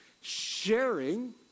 sharing